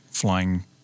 flying